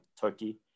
Turkey